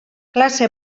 klase